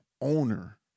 owner